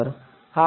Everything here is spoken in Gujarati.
હા